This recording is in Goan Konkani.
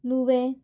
नुवें